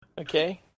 Okay